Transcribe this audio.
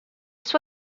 suo